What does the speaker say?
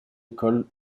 école